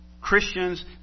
Christians